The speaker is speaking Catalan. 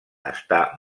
està